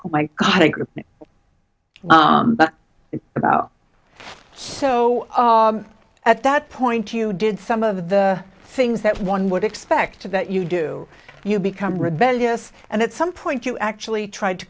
think about so at that point you did some of the things that one would expect that you do you become rebellious and at some point you actually tried to